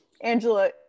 Angela